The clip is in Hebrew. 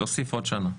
תוסיף עוד שנה.